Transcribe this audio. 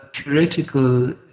theoretical